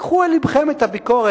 קחו אל לבכם את הביקורת,